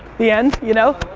the end, you know?